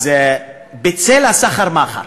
אז בצל הסחר-מכר,